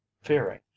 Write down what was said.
fearing